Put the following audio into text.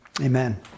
amen